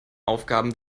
aufgaben